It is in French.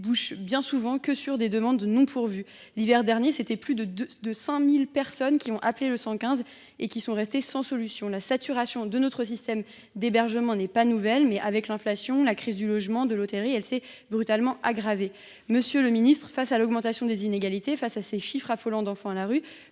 ne débouchent bien souvent que sur des demandes non pourvues. L’hiver dernier, plus de 5 000 personnes ayant appelé ce numéro sont restées sans solution. La saturation de notre système d’hébergement n’est pas nouvelle, mais, avec l’inflation et la crise du logement et de l’hôtellerie, elle s’est brutalement aggravée. Monsieur le ministre, face à l’augmentation des inégalités, face à ces chiffres affolants d’enfants à la rue,